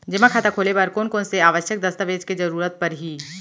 जेमा खाता खोले बर कोन कोन से आवश्यक दस्तावेज के जरूरत परही?